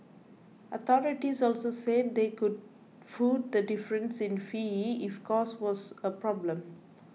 authorities also said they could foot the difference in fees if cost was a problem